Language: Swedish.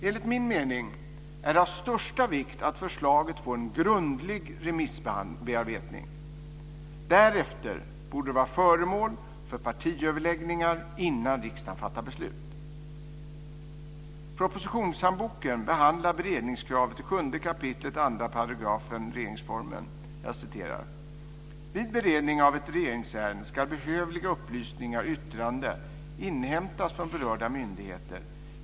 Enligt min mening är det av största vikt att förslaget får en grundlig remissbearbetning. Därefter borde det vara föremål för partiöverläggningar innan riksdagen fattar beslut. Propositionshandboken behandlar beredningskravet i 7 kap. 2 § regeringsformen. Jag citerar: "Vid beredning av ett regeringsärende skall behövliga upplysningar och yttrande inhämtas från berörda myndigheter.